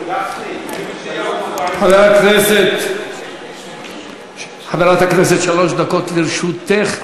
חברת הכנסת, שלוש דקות לרשותך.